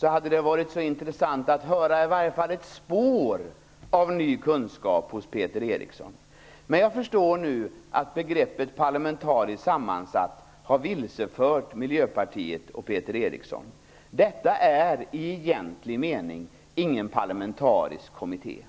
gjort hade det varit roligt att få höra i varje fall ett spår av ny kunskap hos Peter Eriksson. Jag förstår dock nu att begreppet "parlamentariskt sammansatt" har vilsefört Miljöpartiet och Peter Eriksson. Detta är i egentlig mening ingen parlamentarisk kommitté.